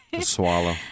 swallow